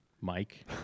mike